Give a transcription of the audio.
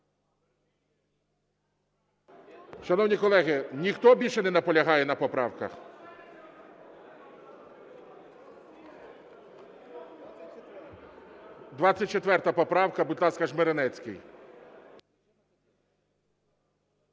Шановні колеги, ніхто більше не наполягає на поправках? 24 поправка, будь ласка, Жмеренецький.